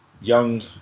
young